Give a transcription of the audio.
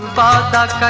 da da